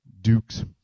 Dukes